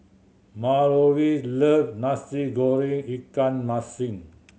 Mallorie love Nasi Goreng ikan masin